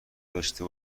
داشته